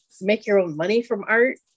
make-your-own-money-from-art